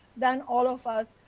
then all of us.